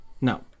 No